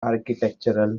architectural